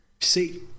See